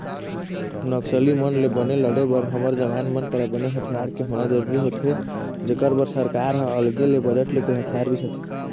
नक्सली मन ले बने लड़े बर हमर जवान मन करा बने हथियार के होना जरुरी होथे जेखर बर सरकार ह अलगे ले बजट लेके हथियार बिसाथे